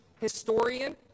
historian